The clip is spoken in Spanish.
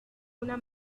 una